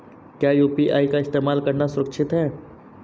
क्या यू.पी.आई का इस्तेमाल करना सुरक्षित है?